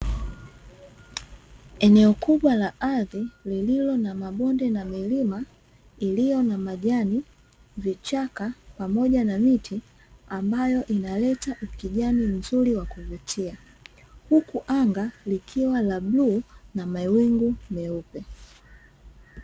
Eneo kubwa la ardhi lililo na mabonde na milima iliyo na majani, vichaka pamoja na miti; ambayo inaleta ukijani mzuri wa kuvutia, huku anga likiwa la bluu na mawingu meupe.